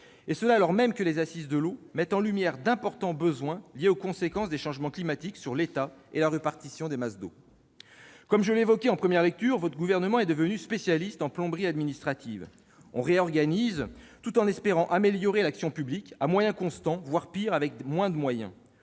alors même que les Assises de l'eau mettent en lumière d'importants besoins liés aux conséquences des changements climatiques sur l'état et la répartition des masses d'eau ! Comme je l'évoquais en première lecture, le Gouvernement est devenu spécialiste en « plomberie administrative »: on réorganise, tout en espérant améliorer l'action publique à moyens constants, voire pire, avec moins de moyens.